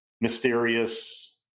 mysterious